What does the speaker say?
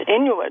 Inuit